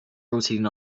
rotating